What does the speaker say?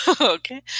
Okay